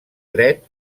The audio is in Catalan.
dret